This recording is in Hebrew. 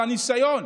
על הניסיון.